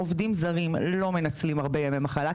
עובדים זרים לא מנצלים הרבה ימי מחלה,